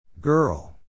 Girl